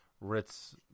Ritz